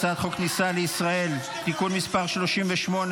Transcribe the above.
הצעת חוק הכניסה לישראל (תיקון מס' 38),